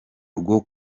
rwo